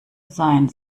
sein